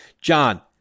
John